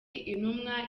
intumwa